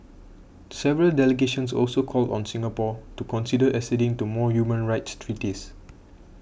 several delegations also called on Singapore to consider acceding to more human rights treaties